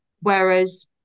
Whereas